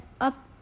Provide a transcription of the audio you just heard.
up